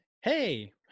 hey